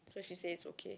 so she say it's okay